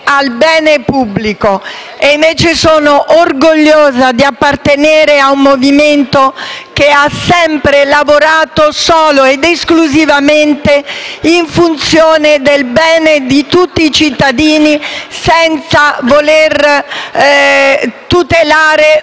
al bene pubblico. Al contrario, sono orgogliosa di appartenere a un Movimento che ha sempre lavorato solo ed esclusivamente in funzione del bene di tutti i cittadini, senza voler tutelare